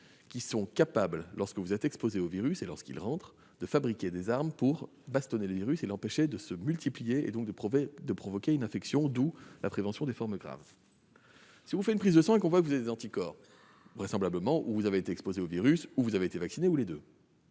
qui sont capables, lorsque vous êtes exposé au virus et lorsqu'il « entre », de fabriquer des armes pour le bastonner et l'empêcher de se multiplier, donc de provoquer une infection- d'où la prévention des formes graves. Si, à la suite d'une prise de sang, on constate que vous avez des anticorps, c'est que, vraisemblablement, ou vous avez été exposé au virus ou vous avez été vacciné, ou les deux.